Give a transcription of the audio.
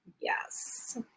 Yes